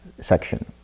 Section